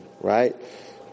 right